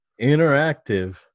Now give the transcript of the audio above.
interactive